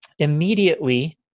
immediately